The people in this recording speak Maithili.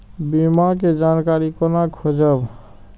बीमा के जानकारी कोना खोजब?